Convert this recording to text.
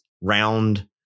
round